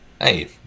Hey